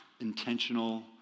intentional